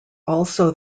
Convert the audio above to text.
also